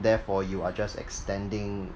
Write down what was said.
therefore you are just extending